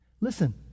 Listen